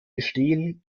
gestehen